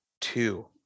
two